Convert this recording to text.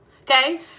Okay